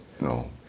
No